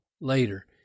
later